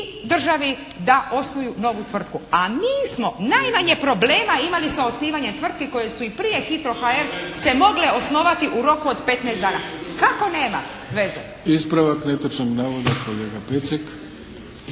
državi da osnuju novu tvrtku. A mi smo najmanje problema imali sa osnivanjem tvrtki koje su i prije «Hitro HR» se mogle osnovati u roku od 15 dana. … /Upadica se ne razumije./ … Kako nema veze?